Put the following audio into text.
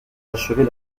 achever